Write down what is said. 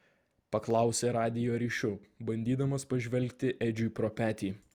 paklausė radijo ryšiu bandydamas pažvelgti edžiui pro petį